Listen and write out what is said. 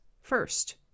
first